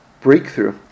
breakthrough